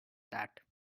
that